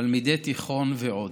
תלמידי תיכון ועוד.